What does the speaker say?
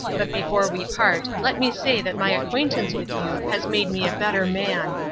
but before we part let me say that my acquaintance with you has made me a better man,